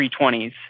320s